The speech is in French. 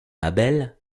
abel